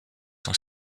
sont